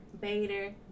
Bader